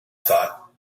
thought